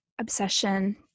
obsession